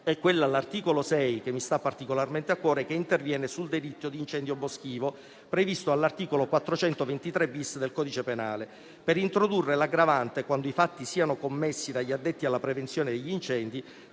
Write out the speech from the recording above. e quella all'articolo 6, che mi sta particolarmente a cuore, che interviene sul delitto di incendio boschivo, previsto all'articolo 423-*bis* del codice penale, per introdurre l'aggravante, quando i fatti siano commessi dagli addetti alla prevenzione degli incendi,